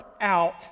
out